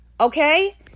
Okay